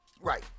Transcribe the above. Right